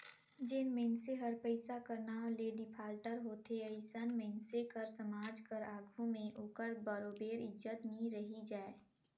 जेन मइनसे हर पइसा कर नांव ले डिफाल्टर होथे अइसन मइनसे कर समाज कर आघु में ओकर बरोबेर इज्जत नी रहि जाए